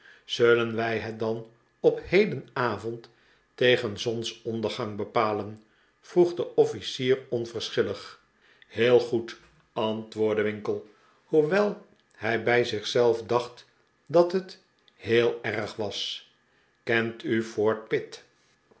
zulien wij het dan op hedenavond tegen zonsondergang bepalen vroeg de officier onverschillig heel goed antwoordde winkle hoewel hij bij zich zelf dacht dat het heel erg was kent u het fort pitt